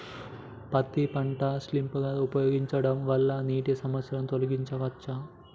పత్తి పంటకు స్ప్రింక్లర్లు ఉపయోగించడం వల్ల నీటి సమస్యను తొలగించవచ్చా?